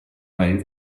way